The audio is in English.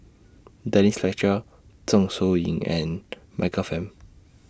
Denise Fletcher Zeng Shouyin and Michael Fam